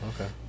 okay